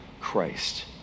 Christ